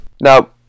Now